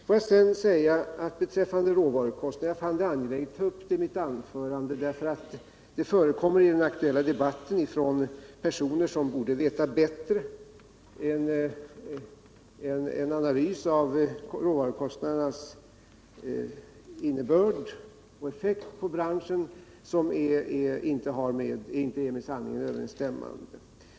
Jag fann det angeläget att ta upp råvarukostnaderna i mitt anförande eftersom det i den aktuella debatten, från personer som borde veta bättre, förekommer analys av råvarukostnadernas innebörd och effekt på branschen som inte är med sanningen överensstämmande.